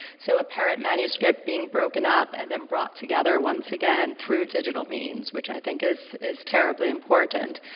so a parent manuscript being broken up and then brought together once again through digital means which i think is is terribly important.